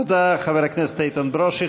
תודה, חבר הכנסת איתן ברושי.